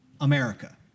America